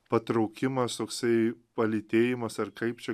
patraukimas toksai palytėjimas ar kaip čia